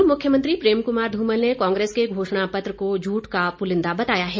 पूर्व मुख्यमंत्री प्रेम कुमार धूमल ने कांग्रेस के घोषणा पत्र को झूठ का पुलिंदा बताया है